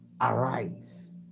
arise